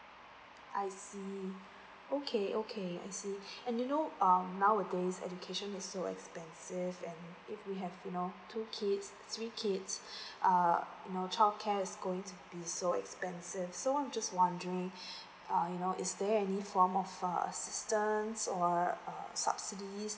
I see okay okay I see and you know um nowadays education is so expensive and if we have you know two kids three kids err you know childcare is going to be so expensive so I'm just wondering err now is there any form of uh assistance or uh subsidies